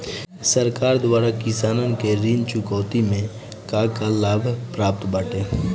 सरकार द्वारा किसानन के ऋण चुकौती में का का लाभ प्राप्त बाटे?